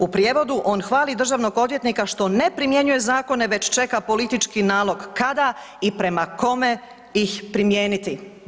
U prijevodu, on hvali državnog odvjetnika što ne primjenjuje zakone već čeka politički nalog kada i prema kome ih primijeniti.